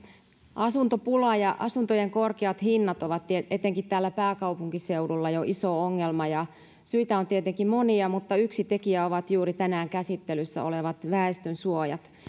asuntopula ja asuntojen korkeat hinnat ovat etenkin täällä pääkaupunkiseudulla jo iso ongelma syitä on tietenkin monia mutta yksi tekijä ovat juuri tänään käsittelyssä olevat väestönsuojat